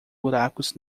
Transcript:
buracos